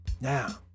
Now